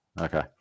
Okay